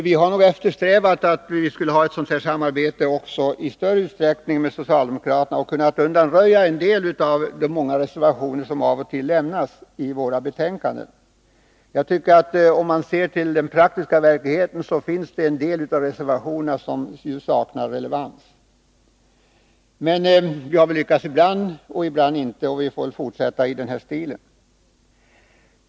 Vi har också eftersträvat ett större sådant samarbete med socialdemokraterna, och vi har även kunnat avstyra en del reservationer bland de många som varit aktuella i samband med våra betänkanden. Om man ser till den praktiska verkligheten finner man att en del av reservationerna saknar relevans. Vi har ibland lyckats avstyra sådana, ibland inte. Vi får väl fortsätta på den vägen.